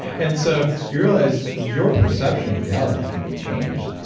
and so you realize your perception of reality can be changed.